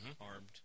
armed